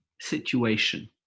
situation